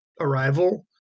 arrival